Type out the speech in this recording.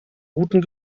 guten